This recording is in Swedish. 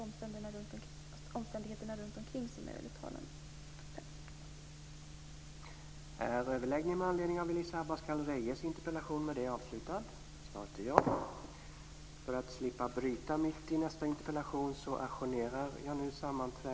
Det var omständigheterna runt omkring som jag ville tala om.